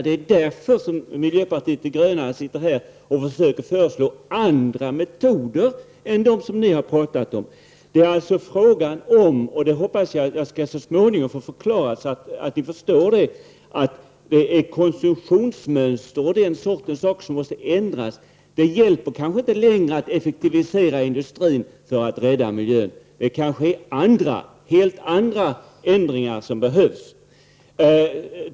Det är därför som miljöpartiet de gröna sitter här och försöker föreslå andra metoder än dem som ni har talat om. Frågan gäller — jag hoppas att jag så småningom skall få tillfälle att förklara det så att ni förstår — att konsumtionsmönster o.d. måste ändras. Det hjälper kanske inte längre att effektivisera industrin för att rädda miljön. Det kanske är helt andra ändringar som behövs.